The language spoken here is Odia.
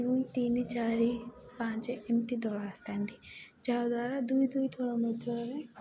ଦୁଇ ତିନି ଚାରି ପାଞ୍ଚେ ଏମିତି ଦଳ ଆସିଥାନ୍ତି ଯାହାଦ୍ୱାରା ଦୁଇ ଦୁଇ ଦଳ ମଧ୍ୟରେ